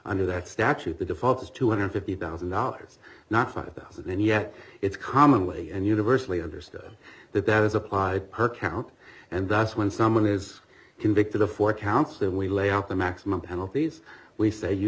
under that statute the default is two hundred and fifty thousand dollars not five thousand dollars and yet it's common way and universally understood that there is applied per count and that's when someone is convicted of four counts then we lay out the maximum penalties we say you